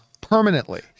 Permanently